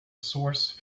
source